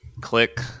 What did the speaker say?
click